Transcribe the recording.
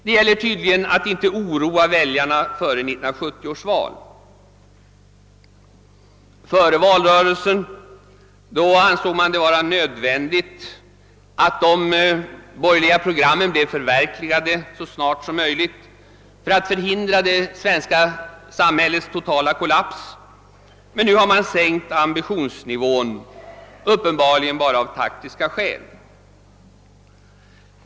Det gäller tydligen att inte oroa väljarna före 1970 års val. Före valrörelsen ansåg man, att det var nödvändigt att de borgerliga programmen blev förverkligade så snart som möjligt för att förhindra det svenska samhällets totala kollaps. Nu har man sänkt ambitionsnivån, uppenbarligen bara av taktiska skäl.